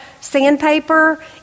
sandpaper